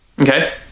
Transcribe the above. Okay